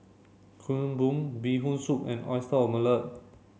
Kuih Bom Bee Hoon Soup and Oyster Omelette